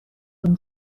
این